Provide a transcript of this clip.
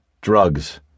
Drugs